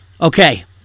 Okay